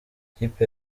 ikipe